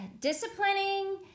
disciplining